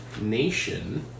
nation